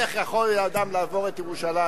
איך יכול אדם לעזוב את ירושלים?